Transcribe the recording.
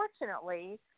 unfortunately